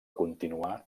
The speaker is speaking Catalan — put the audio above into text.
continuar